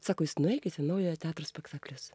sako jūs nueikit į naujojo teatro spektaklius